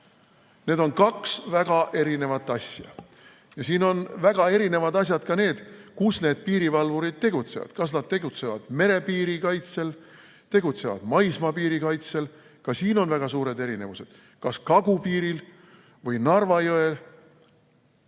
Need on kaks väga erinevat asja ja siin on väga erinevad asjad ka need, kus need piirivalvurid tegutsevad, kas nad tegutsevad merepiiri kaitsel või tegutsevad maismaapiiri kaitsel. Ka siin on väga suured erinevused: kas kagupiiril, Narva jõel